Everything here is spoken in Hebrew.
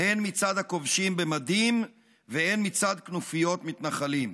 הן מצד הכובשים במדים והן מצד כנופיות מתנחלים.